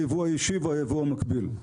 הייבוא האישי והייבוא המקביל.